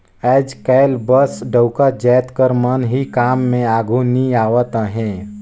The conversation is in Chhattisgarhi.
आएज काएल बस डउका जाएत कर मन ही काम में आघु नी आवत अहें